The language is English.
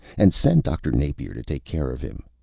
and send dr. napier to take care of him.